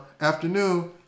afternoon